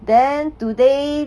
then today